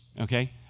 Okay